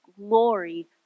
glory